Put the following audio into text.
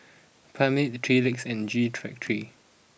Palmer's Three Legs and G three three